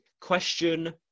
question